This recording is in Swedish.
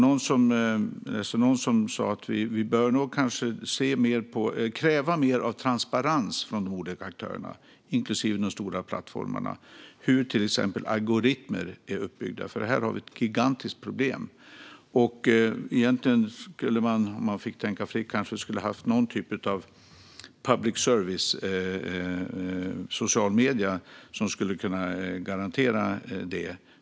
Någon har sagt att vi nog bör kräva mer transparens av de olika aktörerna, inklusive de stora plattformarna, när det till exempel gäller hur algoritmer är uppbyggda. Här har vi ett gigantiskt problem. Om man fick tänka fritt skulle vi kanske ha haft någon typ av public service för sociala medier som skulle kunna garantera det här.